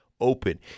open